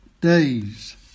days